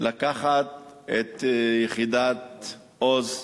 לקחת את יחידת "עוז",